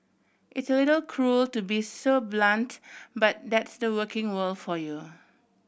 it's a little cruel to be so blunt but that's the working world for you